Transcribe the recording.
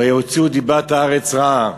"ויֹציאו דִבת הארץ" רעה.